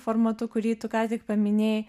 formatu kurį tu ką tik paminėjai